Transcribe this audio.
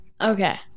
Okay